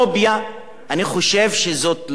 אני חושב שזאת לא יוון-פוביה,